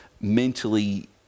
mentally